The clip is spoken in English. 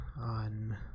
on